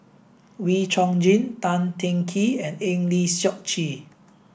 Wee Chong Jin Tan Teng Kee and Eng Lee Seok Chee